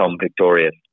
victorious